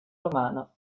romano